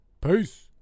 Peace